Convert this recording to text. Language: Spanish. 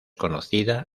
conocida